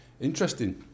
interesting